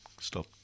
stop